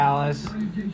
Alice